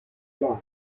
line